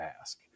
ask